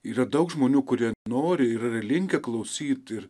yra daug žmonių kurie nori ir yra linkę klausyt ir